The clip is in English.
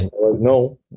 no